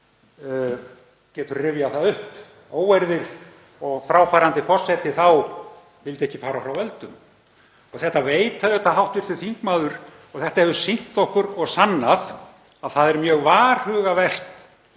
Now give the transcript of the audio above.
getur rifjað það upp, óeirðir. Fráfarandi forseti þá vildi ekki fara frá völdum. Þetta veit auðvitað hv. þingmaður. Þetta hefur sýnt okkur og sannað að það er mjög varhugavert